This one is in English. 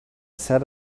sat